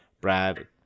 Brad